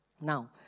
Now